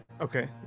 Okay